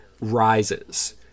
rises